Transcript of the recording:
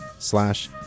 slash